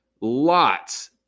lots